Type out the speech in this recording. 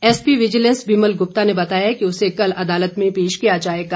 SP vigilance Vimal Gupta ने बताया कि उसे कल अदालत में पेश किया जाएगा